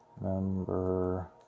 member